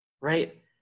right